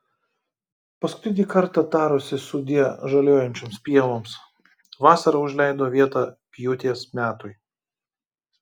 paskutinį kartą tarusi sudie žaliuojančioms pievoms vasara užleido vietą pjūties metui